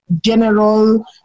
general